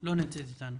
לא נמצאת.